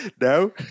no